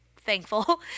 thankful